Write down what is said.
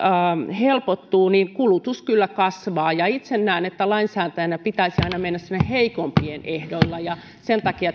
helpottuu niin kulutus kyllä kasvaa itse näen että lainsäätäjänä pitäisi aina mennä heikompien ehdoilla ja sen takia